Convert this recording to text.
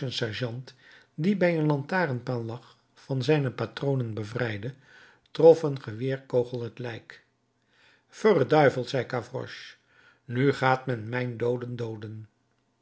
sergeant die bij een straatpaal lag van zijne patronen bevrijdde trof een geweerkogel het lijk verduiveld zei gavroche nu gaat men mijn dooden dooden